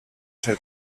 ser